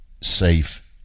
Safe